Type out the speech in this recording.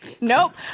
nope